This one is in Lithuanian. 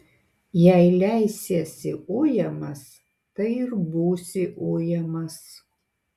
jei leisiesi ujamas tai ir būsi ujamas